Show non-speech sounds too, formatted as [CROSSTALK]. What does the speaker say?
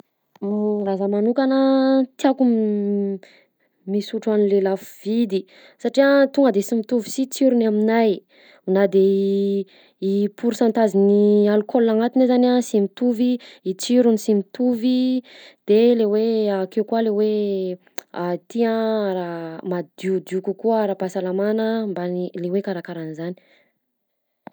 [NOISE] [HESITATION] Raha zaho manokana tiako [HESITATION] misotro an'le lafo vidy, satria tonga de sy mitovy si tsirony aminahy; na de i pourcentagen'ny alcool agnatiny azany a sy mitovy, i tsirony sy mitovy; de le hoe akeo koa le hoe [NOISE] [HESITATION] tia raha madiodio kokoa ara-pahasalamana mban'ny le hoe karakarahan'zany.